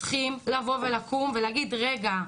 צריכים לבוא ולקום ולהגיד 'רגע,